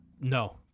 No